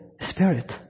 Spirit